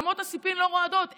אמות הסיפים לא רועדות,